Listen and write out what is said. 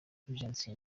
fulgence